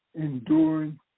enduring